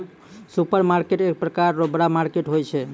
supermarket एक प्रकार रो बड़ा मार्केट होय छै